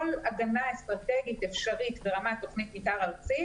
כל הגנה אסטרטגית אפשרית ברמת תוכנית מתאר ארצית